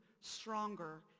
stronger